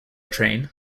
train